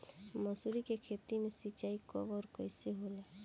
मसुरी के खेती में सिंचाई कब और कैसे होला?